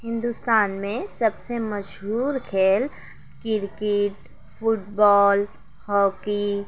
ہندوستان میں سب سے مشہور کھیل کرکٹ فٹ بال ہاکی